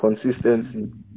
Consistency